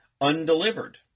undelivered